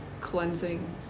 cleansing